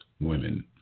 women